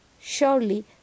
Surely